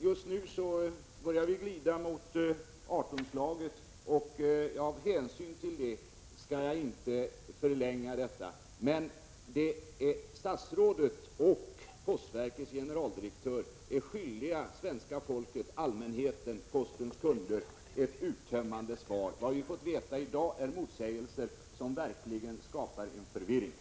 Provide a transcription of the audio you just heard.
Just nu börjar klockan glida mot 18-slaget, och av hänsyn till det skall jag inte förlänga denna debatt. Men statsrådet och postverkets generaldirektör är skyldiga svenska folket — allmänheten, postens kunder — ett uttömmande svar. Det vi har fått höra i dag är motsägelser som verkligen skapar förvirring.